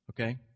Okay